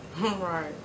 Right